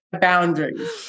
boundaries